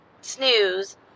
snooze